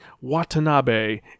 Watanabe